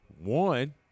One